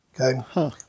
Okay